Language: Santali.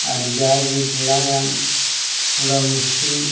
ᱟᱨ ᱡᱟᱜᱮ ᱛᱷᱚᱲᱟᱜᱟᱱ ᱛᱷᱚᱲᱟ ᱢᱩᱥᱠᱤᱞ